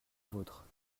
vôtre